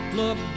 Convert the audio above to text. look